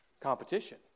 competition